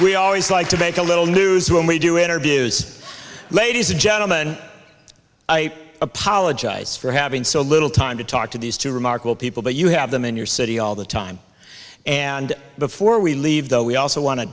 we always like to make a little news when we do interviews ladies and gentlemen i apologize for having so little time to talk to these two remarkable people but you have them in your city all the time and before we leave though we also wan